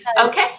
Okay